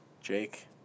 Jake